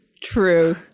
true